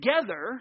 together